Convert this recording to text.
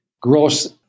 gross